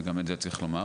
וגם את זה צריך לומר.